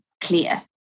clear